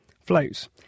floats